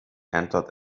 entered